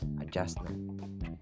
adjustment